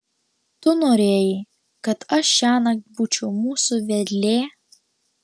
tu norėjai kad aš šiąnakt būčiau mūsų vedlė